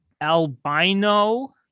Albino